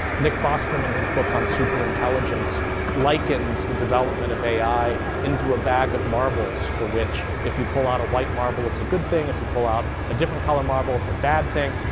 nick bostrom in his book on superintelligence likens the development of ai into a bag of marbles for which, if you pull out a white marble it's a good thing, if you pull out a different color marble it's a bad thing,